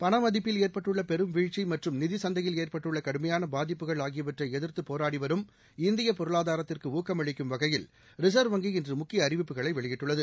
பணமதிப்பில் ஏற்பட்டுள்ள பெரும் வீழ்ச்சி மற்றும் நிதி சந்தையில் ஏற்பட்டுள்ள கடுமையான பாதிப்புகள் ஆகியவற்றை எதிர்த்து போராடிவரும் இந்திய பொருளாதாரத்திற்கு ஊக்கமளிக்கும் வகையில் ரிசா்வ் வங்கி இன்று முக்கிய அறிவிப்புகளை வெளியிட்டுள்ளது